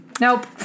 Nope